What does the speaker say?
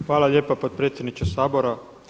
Hvala lijepa potpredsjedniče Sabora.